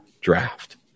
draft